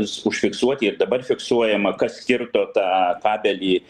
us užfiksuoti ir dabar fiksuojama kas kirto tą kabelį